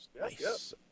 Nice